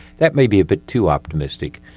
that may be a bit too optimistic.